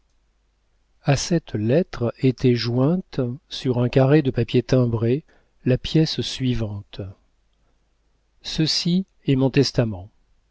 a cette lettre était jointe sur un carré de papier timbré la pièce suivante ceci est mon testament